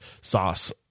sauce